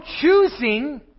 choosing